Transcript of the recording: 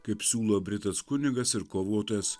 kaip siūlo britas kunigas ir kovotojas